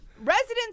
Residents